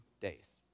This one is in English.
days